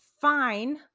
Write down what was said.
fine